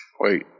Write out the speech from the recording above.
Wait